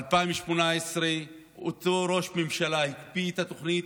ב-2018 אותו ראש הממשלה הקפיא את התוכנית,